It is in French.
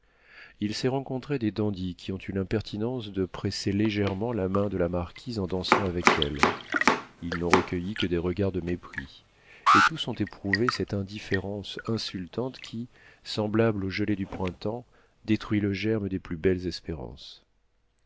il s'est rencontré des dandies qui ont eu l'impertinence de presser légèrement la main de la marquise en dansant avec elle ils n'ont recueilli que des regards de mépris et tous ont éprouvé cette indifférence insultante qui semblable aux gelées du printemps détruit le germe des plus belles espérances